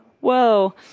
Whoa